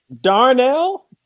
Darnell